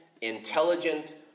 intelligent